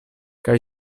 kaj